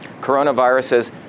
Coronaviruses